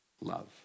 love